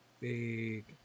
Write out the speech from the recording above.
big